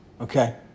Okay